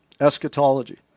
eschatology